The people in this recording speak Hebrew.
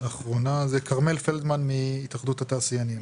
כרמל פלדמן, התאחדות התעשיינים,